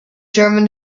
german